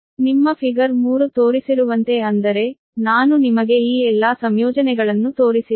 ನಿಮ್ಮ ಫಿಗರ್ 3 ತೋರಿಸಿರುವಂತೆ ಅಂದರೆ ನಾನು ನಿಮಗೆ ಈ ಎಲ್ಲಾ ಸಂಯೋಜನೆಗಳನ್ನು ತೋರಿಸಿದ್ದೇನೆ